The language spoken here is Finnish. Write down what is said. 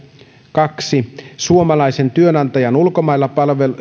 kaksi suomalaisen työnantajan ulkomailla